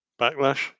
backlash